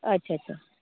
अच्छा अच्छा